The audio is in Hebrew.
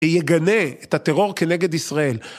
ויגנה את הטרור כנגד ישראל.